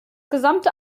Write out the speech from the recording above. gesamte